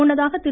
முன்னதாக திரு